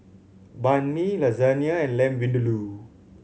Banh Mi Lasagne and Lamb Vindaloo